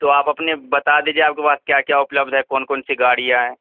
تو آپ اپنے بتا دیجیے آپ کے پاس کیا کیا اپلبدھ ہے کون کون سی گاڑیاں ہیں